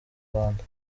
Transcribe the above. rwanda